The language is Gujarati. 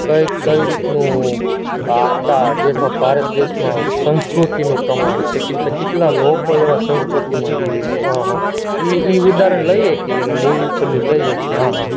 કઈ કઈ રીતનું આપણા દેશમાં ભારત દેશમાં સંસ્કૃતિનું પ્રમાણ છે કેટલે કેટલા લોકો એવા સંસ્કૃતિમાં જીવે છે એ એ ઉદાહરણ લઇ શકીએ મૂવી ઉપરથી લઇ શકીએ હં હં